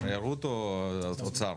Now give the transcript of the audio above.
התיירות או האוצר?